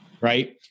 right